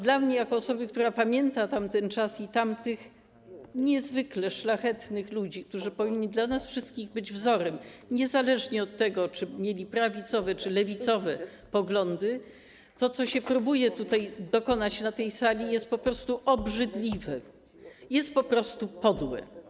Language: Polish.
Dla mnie jako osoby, która pamięta tamten czas i tamtych niezwykle szlachetnych ludzi, którzy powinni dla nas wszystkich być wzorem niezależnie od tego, czy mieli prawicowe, czy lewicowe poglądy, to, co się próbuje tutaj dokonać na tej sali, jest po prostu obrzydliwe, jest po prostu podłe.